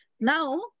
Now